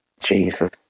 Jesus